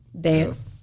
Dance